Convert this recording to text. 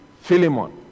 Philemon